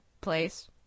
place